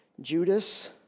Judas